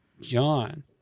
John